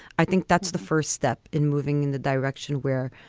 i think that's the first step in moving in the direction where,